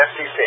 FCC